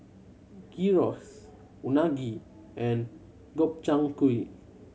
Gyros Unagi and Gobchang Gui